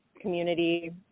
community